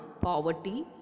poverty